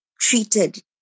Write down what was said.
treated